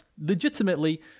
legitimately